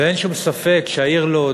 ואין שום ספק שהעיר לוד,